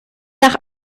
nach